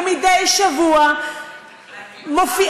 ומדי שבוע מופיעה,